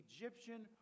Egyptian